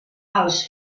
els